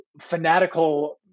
fanatical